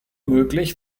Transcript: möglich